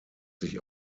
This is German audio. sich